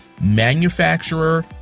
manufacturer